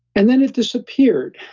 and then it disappeared.